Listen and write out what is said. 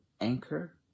Anchor